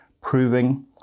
proving